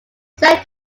set